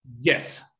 Yes